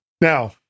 Now